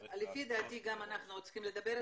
לפי דעתי גם אנחנו עוד צריכים לדבר על